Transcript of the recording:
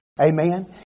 Amen